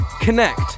connect